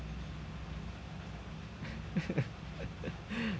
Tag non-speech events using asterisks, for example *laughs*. *laughs*